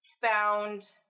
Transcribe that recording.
found